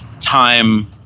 time